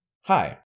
Hi